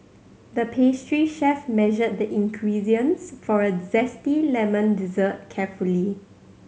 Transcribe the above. the pastry chef measured the ingredients for a zesty lemon dessert carefully